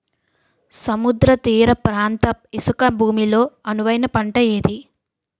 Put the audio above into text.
సముద్ర తీర ప్రాంత ఇసుక భూమి లో అనువైన పంట ఏది?